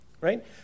right